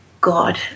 god